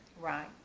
Right